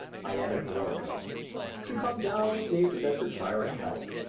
i added heroically to come down with me to bedfordshire and help.